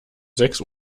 sechs